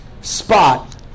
spot